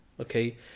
Okay